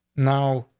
now,